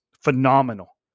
phenomenal